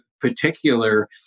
particular